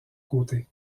côté